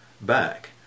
back